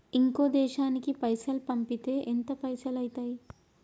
ఇంకో దేశానికి పైసల్ పంపితే ఎంత పైసలు అయితయి?